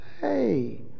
Hey